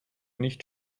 nicht